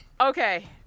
Okay